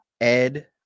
ed